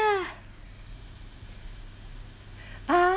ya ah